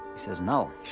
says no.